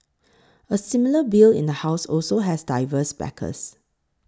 a similar bill in the House also has diverse backers